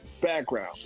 background